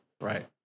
Right